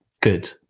good